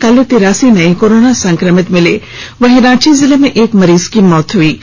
कल तिरासी नए कोरोना संक्रमित मरीज मिले हैं वहीं रांची जिले में एक मरीज की मौत हुई है